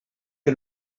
que